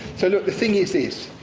so, look, the thing is this.